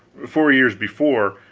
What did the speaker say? four years before,